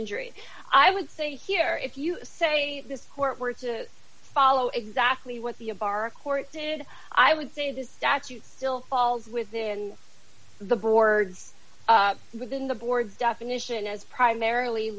injury i would say here if you say this court were to follow exactly what the a bar a court did i would say the statute still falls within the boards and within the board definition as primarily